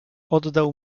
oddał